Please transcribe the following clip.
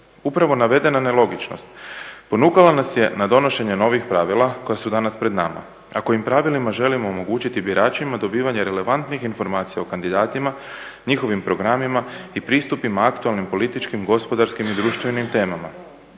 Upravo navedena nelogičnost ponukala nas je na donošenje novih pravila koja su danas pred nama, a kojim pravilima želimo omogućiti biračima dobivanje relevantnih informacija o kandidatima, njihovim programima i pristupima aktualnim političkim, gospodarskim i društvenim temama.